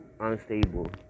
Unstable